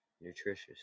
nutritious